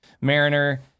mariner